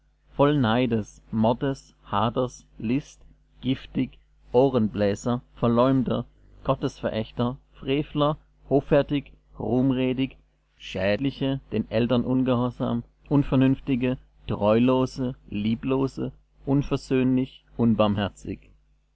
voll neides mordes haders list giftig ohrenbläser verleumder gottesverächter frevler hoffärtig ruhmredig schädliche den eltern ungehorsam unvernünftige treulose lieblose unversöhnlich unbarmherzig